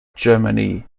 germany